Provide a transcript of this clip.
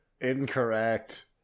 Incorrect